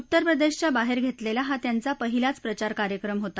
उत्तरप्रदेशच्या बाहेर घेतलेला हा त्यांचा पहिलाच प्रचार कार्यक्रम होता